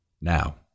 Now